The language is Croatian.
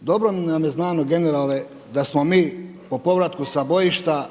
Dobro nam je znano generale da smo mi po povratku sa bojišta